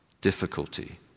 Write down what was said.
difficulty